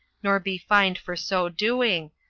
nor be fined for so doing,